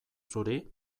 zuri